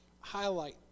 highlight